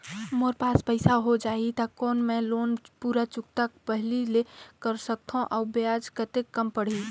मोर पास पईसा हो जाही त कौन मैं लोन पूरा चुकता पहली ले कर सकथव अउ ब्याज कतेक कम पड़ही?